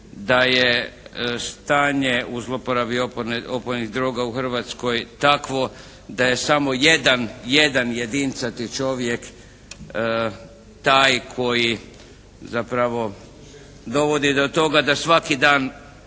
da je stanje u zlouporabi opojnih droga u Hrvatskoj takvo da je samo jedan, jedincati čovjek taj koji zapravo dovodi do toga da svaki dan